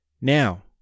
Now